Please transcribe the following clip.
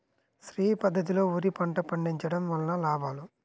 శ్రీ పద్ధతిలో వరి పంట పండించడం వలన లాభాలు?